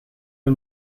een